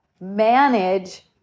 manage